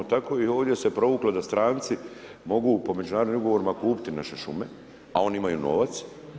Tako i ovdje se provuklo da stranci mogu po međunarodnim ugovorima kupiti naše šume, a oni imaju novac.